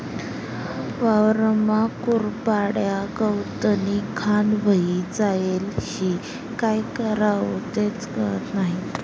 वावरमा कुरपाड्या, गवतनी घाण व्हयी जायेल शे, काय करवो तेच कयत नही?